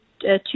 two